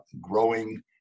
growing